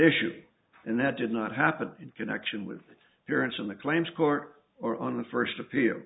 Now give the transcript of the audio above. issue and that did not happen in connection with parents in the claims court or on the first appeal